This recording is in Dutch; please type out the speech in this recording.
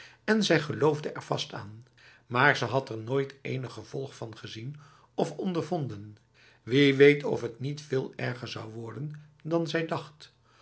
en zij geloofde er vast aan maar ze had er nooit enig gevolg van gezien of ondervonden wie weet of het niet veel erger zou worden dan zij dacht